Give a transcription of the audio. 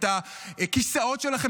את הכיסאות שלכם,